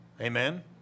Amen